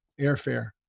airfare